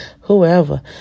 whoever